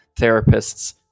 therapists